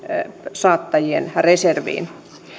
saattajien reserviin